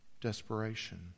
desperation